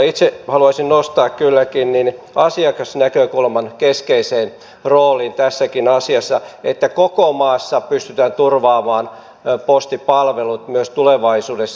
itse haluaisin kylläkin nostaa asiakasnäkökulman keskeiseen rooliin tässäkin asiassa että koko maassa pystytään turvaamaan postipalvelut myös tulevaisuudessa